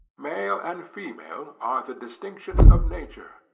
male and female are the distinctions of nature,